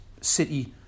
City